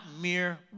mere